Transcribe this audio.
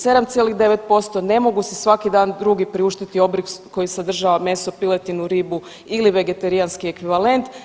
7,9% ne mogu si svaki dan drugi priuštiti obrok koji sadržava meso, piletinu, ribu ili vegetarijanski ekvivalent.